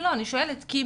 יש את מי